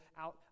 out